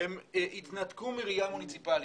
והם התנתקו מראייה מוניציפאלית.